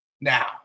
Now